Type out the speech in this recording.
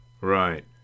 Right